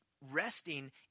resting